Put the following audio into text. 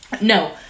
no